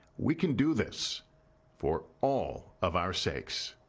we can do this for all of our sakes